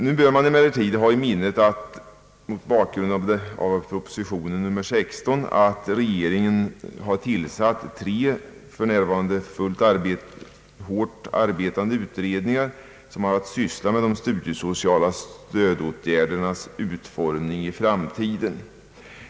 Man bör emellertid ha i minnet mot bakgrund av proposition nr 16 att regeringen har tillsatt tre utredningar som för närvarande arbetar med de studiesociala stödåtgärdernas utformning i framtiden.